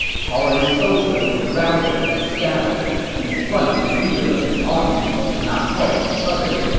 cao ren's soldiers were routed and scattered, and the front and rear of his army could not help each other.